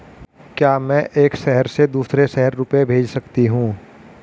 क्या मैं एक शहर से दूसरे शहर रुपये भेज सकती हूँ?